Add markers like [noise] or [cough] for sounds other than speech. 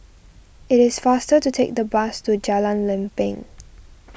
it is faster to take the bus to Jalan Lempeng [noise]